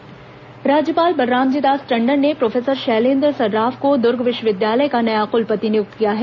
द्र्ग विवि कुलपति राज्यपाल बलरामजी दास टंडन ने प्रोफेसर शैलेन्द्र सराफ को दुर्ग विश्वविद्यालय का नया कुलपति नियुक्त किया है